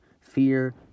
fear